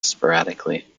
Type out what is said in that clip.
sporadically